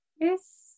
Yes